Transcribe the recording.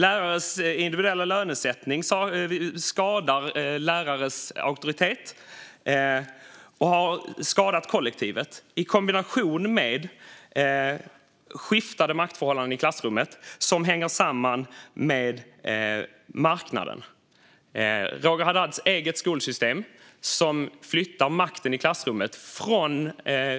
Lärarnas individuella lönesättning har skadat lärarnas auktoritet och har skadat kollektivet i kombination med skiftade maktförhållanden i klassrummet som hänger samman med marknaden. Roger Haddads eget skolsystem flyttar makten i klassrummet från